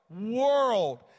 world